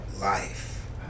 life